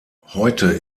heute